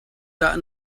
tah